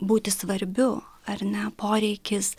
būti svarbiu ar ne poreikis